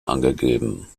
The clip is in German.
angegeben